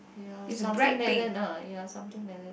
ya something like that lah something like that